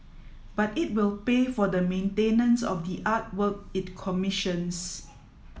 but it will pay for the maintenance of the artwork it commissions